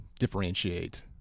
differentiate